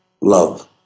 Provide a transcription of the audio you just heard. love